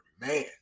Man